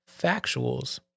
Factuals